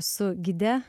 su gide